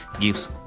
gives